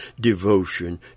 devotion